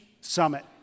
Summit